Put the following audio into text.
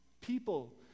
people